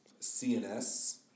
CNS